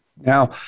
Now